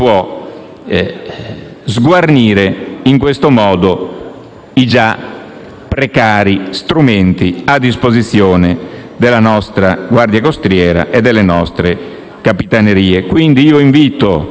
sguarnire in questo modo i già precari strumenti a disposizione della nostra Guardia costiera e delle nostre Capitanerie.